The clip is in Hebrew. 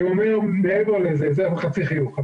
זה היה בחצי חיוך.